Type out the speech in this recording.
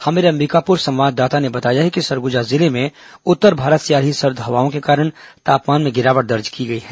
हमारे अंबिकापुर संवाददाता ने बताया है कि सरगुजा जिले में उत्तर भारत से आ रही सर्द हवाओं के कारण तापमान में गिरावट दर्ज की गई है